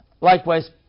Likewise